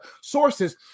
sources